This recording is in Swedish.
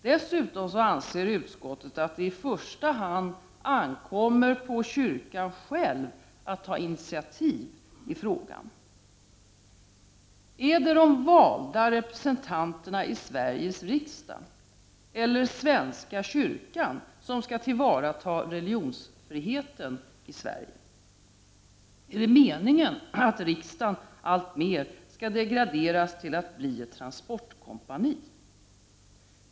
Dessutom anser utskottet att det i första hand ankommer på kyrkan själv att ta initiativ i frågan. Är det de valda representanterna i Sveriges riksdag eller svenska kyrkan som skall tillvarata religionsfriheten i Sverige? Är det meningen att riksdagen alltmer skall degraderas till att bli ett transportkompani?